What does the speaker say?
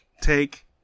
take